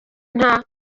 nta